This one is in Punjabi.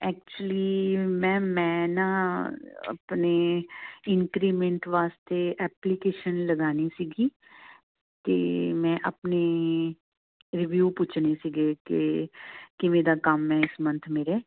ਐਕਚੁਲੀ ਮੈਮ ਮੈਂ ਨਾ ਆਪਣੇ ਇੰਕਰੀਮੈਂਟ ਵਾਸਤੇ ਐਪਲੀਕੇਸ਼ਨ ਲਗਾਉਣੀ ਸੀਗੀ ਅਤੇ ਮੈਂ ਆਪਣੇ ਰਿਵਿਊ ਪੁੱਛਣੇ ਸੀਗੇ ਕਿ ਕਿਵੇਂ ਦਾ ਕੰਮ ਹੈ ਇਸ ਮੰਥ ਮੇਰਾ